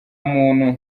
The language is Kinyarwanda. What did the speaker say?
muntu